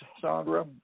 Sandra